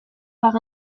par